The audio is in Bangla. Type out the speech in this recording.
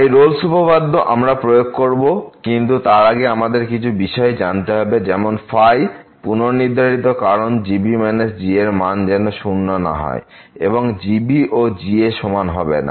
তাই রোলস উপপাদ্য আমরা প্রয়োগ করব কিন্তু তার আগে আমাদের কিছু বিষয় জানতে হবে যেমন পূর্বনির্ধারিত কারণ g b g এর মান যেন শূন্য না হয় অর্থাৎ g ও g সমান হবে না